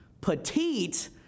Petite